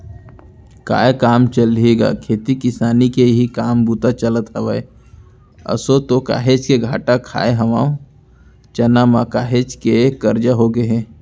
काय काम चलही गा खेती किसानी के ही काम बूता चलत हवय, आसो तो काहेच के घाटा खाय हवन चना म, काहेच के करजा होगे हे